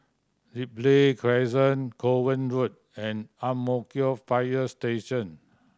Ripley Crescent Kovan Road and Ang Mo Kio Fire Station